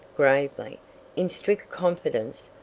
gravely in strict confidence,